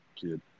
kid